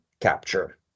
capture